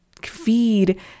feed